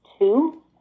Two